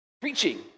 preaching